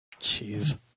Jeez